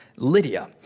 Lydia